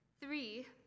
Three